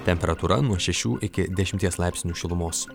temperatūra nuo šešių iki dešimties laipsnių šilumos